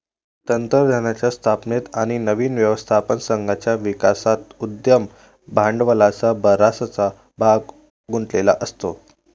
तंत्रज्ञानाच्या स्थापनेत आणि नवीन व्यवस्थापन संघाच्या विकासात उद्यम भांडवलाचा बराचसा भाग गुंतलेला असतो